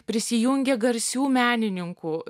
prisijungė garsių menininkų